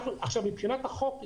מבחינת החוק,